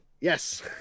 Yes